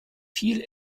viel